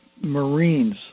Marines